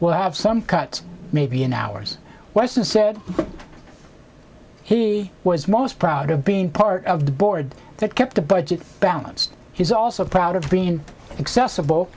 we'll have some cut maybe an hour's weston said he was most proud of being part of the board that kept the budget balanced he's also proud of being acce